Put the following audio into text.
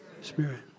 spirit